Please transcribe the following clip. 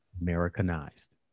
Americanized